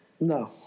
No